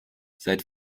seit